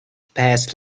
passed